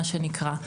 מה שנקרא.